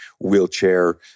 wheelchair